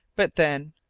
but then,